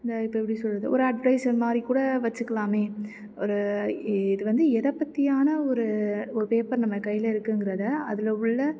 இதை இப்போ எப்படி சொல்கிறது ஒரு அட்வடைஸல் மாதிரிக் கூட வச்சுக்கலாமே ஒரு இ இது வந்து எதைப் பற்றியான ஒரு ஒரு பேப்பர் நம்ம கையில் இருக்குங்கிறதை அதில் உள்ள